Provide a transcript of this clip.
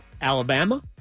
Alabama